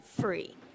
free